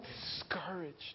discouraged